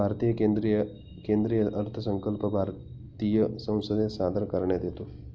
भारतीय केंद्रीय अर्थसंकल्प भारतीय संसदेत सादर करण्यात येतो